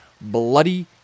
Bloody